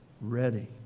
ready